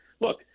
look